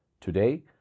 Today